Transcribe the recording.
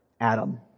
Adam